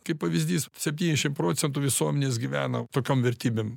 kaip pavyzdys septyniasdešimt procentų visuomenės gyvena tokiom vertybėm